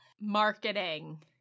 Marketing